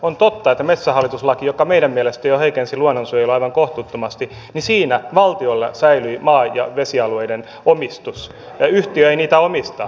on totta että metsähallitus laissa joka meidän mielestämme jo heikensi luonnonsuojelua aivan kohtuuttomasti valtiolla säilyi maa ja vesialueiden omistus ja yhtiö ei niitä omista